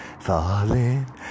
falling